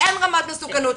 אין רמת מסוכנות.